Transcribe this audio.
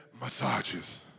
massages